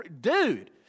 dude